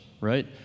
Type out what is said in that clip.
right